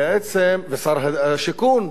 ושר השיכון.